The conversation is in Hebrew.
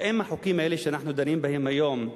האם החוקים האלה שאנחנו דנים בהם היום,